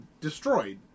destroyed